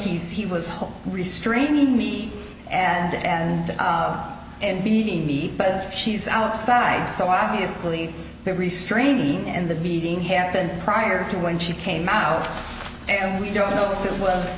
says he was home restraining me and and and beating me but she's outside so obviously the restraining and the beating happened prior to when she came out and we don't know if it was